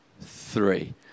three